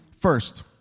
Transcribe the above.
first